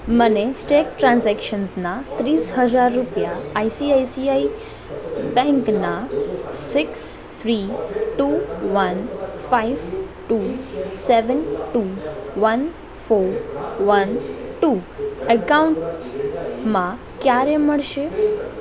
મને સ્ટેક ટ્રાન્ઝેક્શન્સના ત્રીસ હજાર રૂપિયા આઈસીઆઈસીઆઈ બેંકના six three two one five two seven two one four one two એકાઉન્ટમાં ક્યારે મળશે